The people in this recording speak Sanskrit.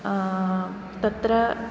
तत्र